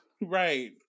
Right